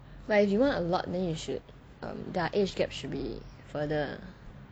but if you want a lot then you should um their age gap should be further ah